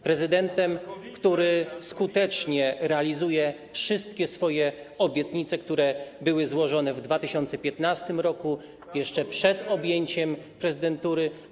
prezydentem, który skutecznie realizuje wszystkie swoje obietnice, które były złożone w 2015 r., jeszcze przed objęciem prezydentury... Frankowicze.